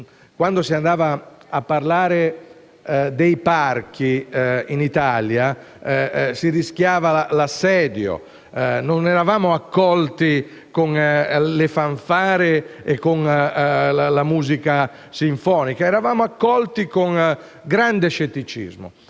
quando si andava a parlare dei parchi si rischiava l'assedio: non eravamo accolti con le fanfare e con la musica sinfonica, bensì con grande scetticismo.